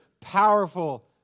powerful